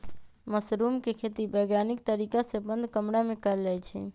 mushroom के खेती वैज्ञानिक तरीका से बंद कमरा में कएल जाई छई